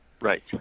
Right